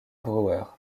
brewer